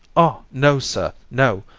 ah! no, sir, no!